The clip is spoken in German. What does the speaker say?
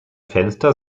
fenster